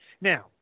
Now